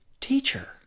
teacher